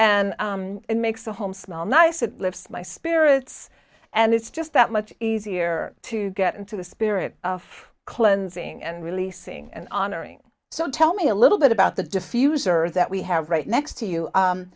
and it makes a home smell nice it lifts my spirits and it's just that much easier to get into the spirit of cleansing and releasing and honoring so tell me a little bit about the diffuser that we have right next to you